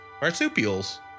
Marsupials